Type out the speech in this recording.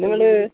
നിങ്ങൾ